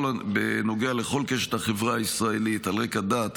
בנוגע לכל קשת החברה הישראלית על רקע דת,